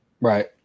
Right